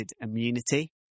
immunity